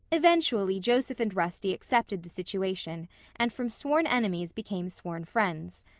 eventually joseph and rusty accepted the situation and from sworn enemies became sworn friends.